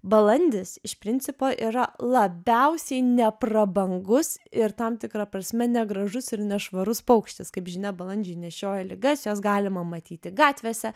balandis iš principo yra labiausiai neprabangus ir tam tikra prasme negražus ir nešvarus paukštis kaip žinia balandžiai nešioja ligas juos galima matyti gatvėse